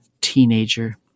teenager